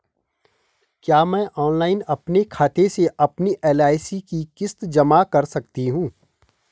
क्या मैं ऑनलाइन अपने खाते से अपनी एल.आई.सी की किश्त जमा कर सकती हूँ?